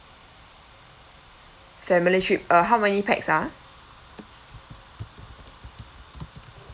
family trip uh how many pax ah